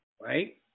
Right